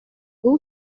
бул